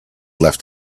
left